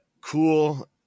cool